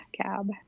cab